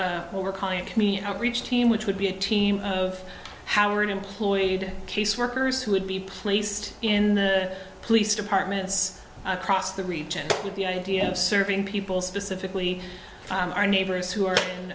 outreach team which would be a team of howard employed case workers who would be placed in the police department across the region with the idea of serving people specifically our neighbors who are